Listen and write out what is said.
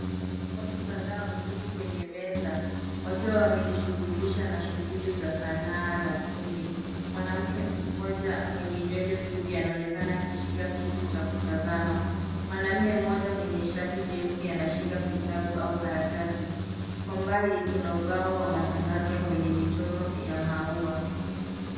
Watu kadhaa wameketi kwenye meza wakiwa wamejishughulisha na shughuli za sanaa na ufundi. Mwanamke mmoja mwenye nywele fupi anaonekana akishika kitu cha kutazama. Mwanume mmoja mwenye shati jeusi anashika kitabu au karatasi. Kwa mbali kuna ubao wa matangazo wenye michoro ya maua.